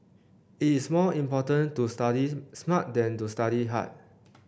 it is more important to study smart than to study hard